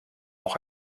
auch